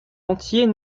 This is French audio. entiers